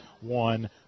one